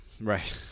right